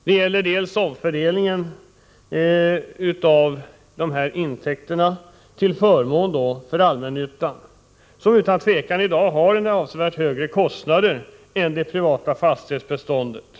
Det gäller först och främst den omfördelning av skatteintäkterna som sker till förmån för allmännyttan, vilken i dag utan tvivel har avsevärt högre kostnader än det privata fastighetsbeståndet.